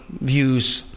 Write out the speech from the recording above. views